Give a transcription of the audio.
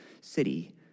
city